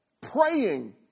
praying